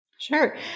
Sure